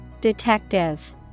Detective